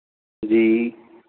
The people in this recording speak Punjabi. ਜੀ